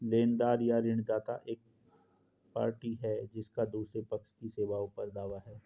लेनदार या ऋणदाता एक पार्टी है जिसका दूसरे पक्ष की सेवाओं पर दावा है